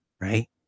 right